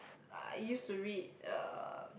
I used to read uh